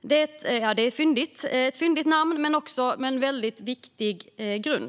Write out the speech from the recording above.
Det är ett fyndigt namn, men projektet har också en väldigt viktig grund.